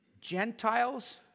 Gentiles